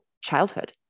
childhood